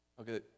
Okay